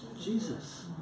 Jesus